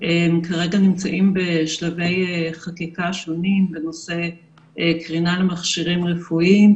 כרגע הם נמצאים בשלבי חקיקה שונים בנושא קרינה למכשירים רפואיים,